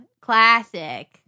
Classic